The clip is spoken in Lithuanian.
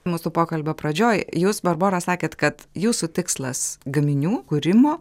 mūsų pokalbio pradžioj jūs barbora sakėt kad jūsų tikslas gaminių kūrimo